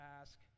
ask